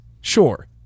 sure